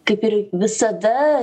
kaip ir visada